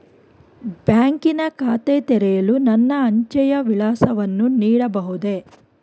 ಬ್ಯಾಂಕಿನ ಖಾತೆ ತೆರೆಯಲು ನನ್ನ ಅಂಚೆಯ ವಿಳಾಸವನ್ನು ನೀಡಬಹುದೇ?